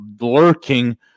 lurking